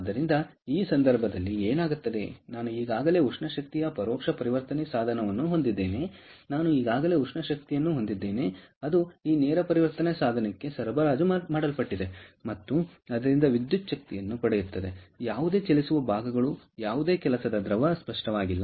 ಆದ್ದರಿಂದ ಈ ಸಂದರ್ಭದಲ್ಲಿ ಏನಾಗುತ್ತದೆ ನಾನು ಈಗಾಗಲೇ ಉಷ್ಣ ಶಕ್ತಿಯ ಪರೋಕ್ಷ ಪರಿವರ್ತನೆ ಸಾಧನವನ್ನು ಹೊಂದಿದ್ದೇನೆ ನಾನು ಈಗಾಗಲೇ ಉಷ್ಣ ಶಕ್ತಿಯನ್ನು ಹೊಂದಿದ್ದೇನೆ ಅದು ಈ ನೇರ ಪರಿವರ್ತನೆ ಸಾಧನಕ್ಕೆ ಸರಬರಾಜು ಮಾಡಲ್ಪಟ್ಟಿದೆ ಮತ್ತು ಅದರಿಂದ ವಿದ್ಯುಚ್ ಕ್ತಿಯನ್ನು ಪಡೆಯುತ್ತದೆ ಯಾವುದೇ ಚಲಿಸುವ ಭಾಗಗಳು ಯಾವುದೇ ಕೆಲಸದ ದ್ರವ ಸ್ಪಷ್ಟವಾಗಿಲ್ಲ